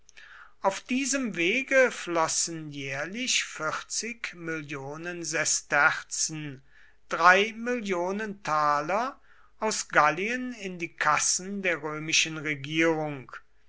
auf diesem wege flossen jährlich mill sesterzen aus gallien in die kassen der römischen regierung